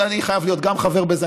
ואני חייב להיות גם חבר בזה.